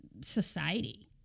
society